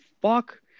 fuck